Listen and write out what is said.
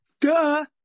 Duh